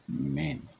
Amen